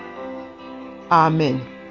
Amen